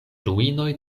ruinoj